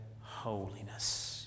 holiness